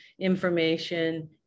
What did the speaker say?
information